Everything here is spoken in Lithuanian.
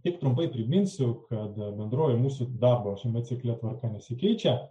tik trumpai priminsiu kada bendroji mūsų darbo šiame cikle tvarka nesikeičia